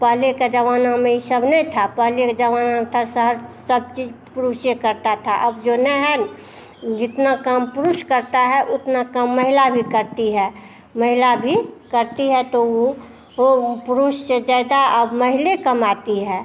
पहले के जमाना में ये सब नहीं था पहले के जमाना में था सहर सब चीज पुरुष करता था अब जो नहीं है जितना काम पुरुष करता है उतना काम महिला भी करती है महिला भी करती है तो उह वो पुरुष से ज़्यादा अब महिला कमाती है